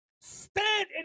stand